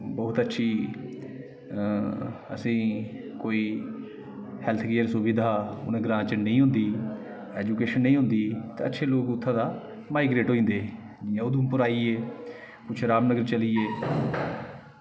बहोत अच्छी असें ई कोई हेल्थ केयर सुविधा उ'नें ग्राएं च नेईं होंदी एजुकेशन नेईं होंदी ते अच्छे लोग उत्थां दा माइग्रेट होई जंदे हे जि'यां उधमपुर आइये कुछ रामनगर चलिये